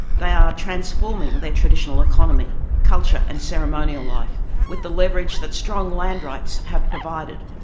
they are transforming their traditional economy, culture and ceremonial life with the leverage that strong land rights have provided.